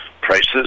prices